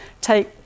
take